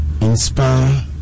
Inspire